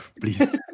please